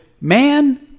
man